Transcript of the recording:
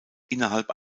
innerhalb